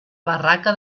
barraca